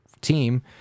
team